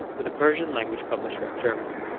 with a persian-language publisher in germany.